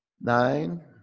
nine